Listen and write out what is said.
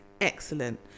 excellent